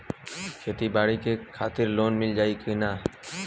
खेती बाडी के खातिर लोन मिल जाई किना?